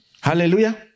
Hallelujah